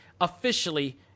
officially